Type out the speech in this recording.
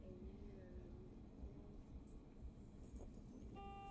പിന്നെ എന്നിട്ടൊന്നുമില്ല